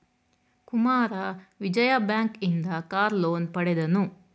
Kumara Vijaya bank ಇಂದ car loan ಪಡೆದನು